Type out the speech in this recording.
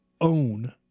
own